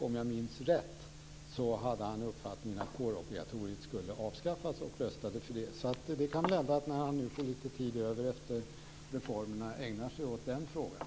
Om jag minns rätt hade han uppfattningen att kårobligatoriet skulle avskaffas och röstade för det. Det kan väl hända att han, när han nu får lite tid över efter reformerna, ägnar sig åt den frågan.